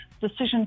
decision